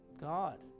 God